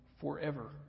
forever